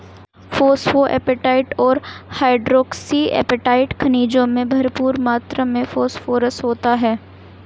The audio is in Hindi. फोस्फोएपेटाईट और हाइड्रोक्सी एपेटाईट खनिजों में भरपूर मात्र में फोस्फोरस होता है